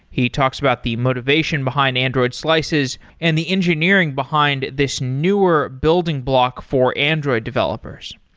he talks about the motivation behind android slices and the engineering behind this newer building block for android developers.